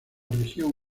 región